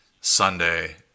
sunday